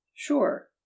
sure